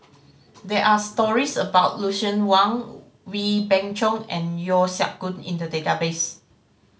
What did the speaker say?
there're stories about Lucien Wang Wee Beng Chong and Yeo Siak Goon in the database